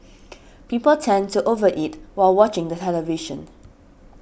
people tend to overeat while watching the television